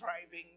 driving